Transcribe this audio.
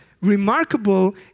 Remarkable